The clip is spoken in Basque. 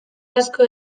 asko